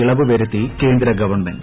ഇളവ് വരുത്തി കേന്ദ്ര ഗവൺമെന്റ്